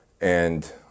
and-